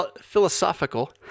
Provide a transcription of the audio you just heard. philosophical